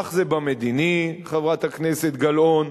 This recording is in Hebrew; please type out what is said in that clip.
כך זה במדיני, חברת הכנסת גלאון,